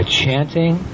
chanting